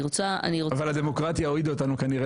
אבל הדמוקרטיה הודיעה אותנו כנראה